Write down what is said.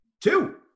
Two